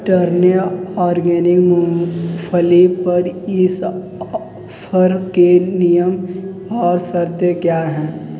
turn organic मूँगफली पर इस ऑफ़र के नियम और शर्तें क्या हैं